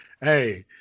Hey